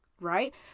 right